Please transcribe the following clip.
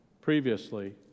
previously